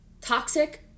toxic